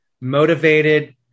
motivated